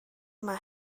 yma